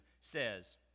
says